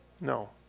No